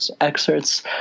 excerpts